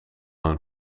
hun